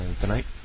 tonight